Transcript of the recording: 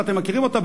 ואתם מכירים אותה,